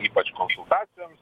ypač konsultacijoms